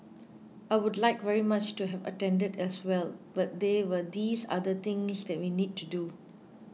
I would like very much to have attended as well but there were these other things that we need to do